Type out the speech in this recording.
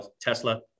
Tesla